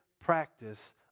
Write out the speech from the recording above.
practice